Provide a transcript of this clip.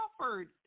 offered